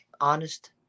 honest